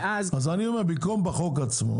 אני אומר שבמקום תיקון בחוק עצמו,